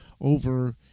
over